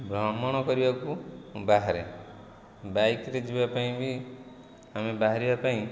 ଭ୍ରମଣ କରିବାକୁ ବାହାରେ ବାଇକ୍ରେ ଯିବା ପାଇଁ ବି ଆମେ ବାହାରିବା ପାଇଁ